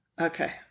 Okay